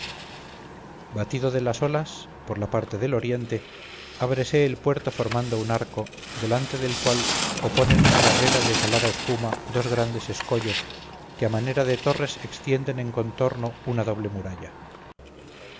batido de las olas por la parte de oriente ábrese el puerto formando un arco delante del cual oponen una barrera de salada espuma dos grandes escollos que a manera de torres extienden en contorno una doble muralla